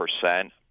percent